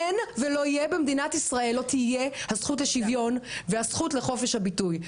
אין ולא תהיה במדינת ישראל הזכות לשוויון והזכות לחופש הביטוי,